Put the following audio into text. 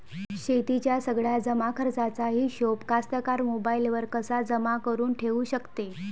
शेतीच्या सगळ्या जमाखर्चाचा हिशोब कास्तकार मोबाईलवर कसा जमा करुन ठेऊ शकते?